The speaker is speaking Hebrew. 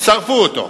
שרפו אותו.